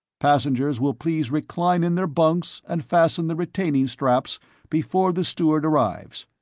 passengers will please recline in their bunks and fasten the retaining straps before the steward arrives.